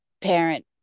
parent